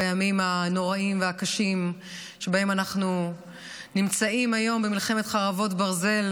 בימים הנוראים והקשים שבהם אנחנו נמצאים היום במלחמת חרבות ברזל,